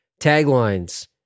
Taglines